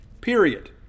period